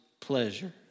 pleasure